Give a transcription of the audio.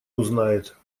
узнает